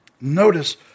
Notice